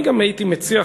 אני גם הייתי מציע,